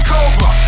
Cobra